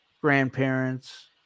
grandparents